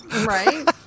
Right